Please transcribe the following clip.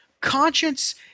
conscience